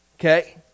Okay